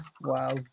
Wow